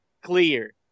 clear